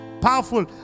powerful